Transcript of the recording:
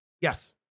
Yes